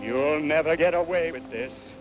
your never get away with this